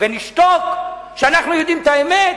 ונשתוק כשאנחנו יודעים את האמת?